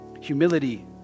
Humility